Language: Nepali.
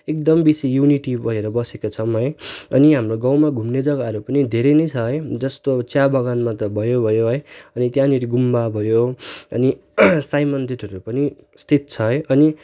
एकदम बेसी युनिटी भएर बसेको छौँ है अनि हाम्रो गाउँमा घुम्ने जग्गाहरू पनि धेरै नै छ है जस्तो चिया बगानमा त भयो भयो है अनि त्यहाँनिर गुम्बा भयो अनि साई मन्दिरहरू पनि स्थित छ है अनि